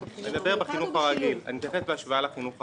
אני מתייחס בהשוואה לחינוך הרגיל.